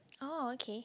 oh okay